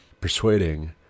persuading